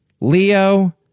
Leo